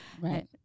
Right